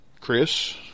Chris